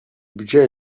budget